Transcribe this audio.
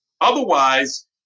Otherwise